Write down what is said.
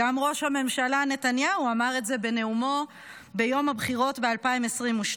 גם ראש הממשלה נתניהו אמר את זה בנאומו ביום הבחירות ב-2022,